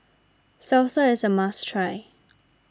Salsa is a must try